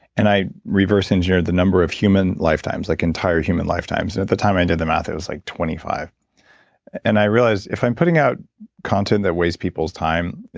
and i reverse-engineered the number of human lifetimes, like entire human lifetimes. and at the time i did the math it was like twenty five and i realize if i'm putting out content that waste people's time,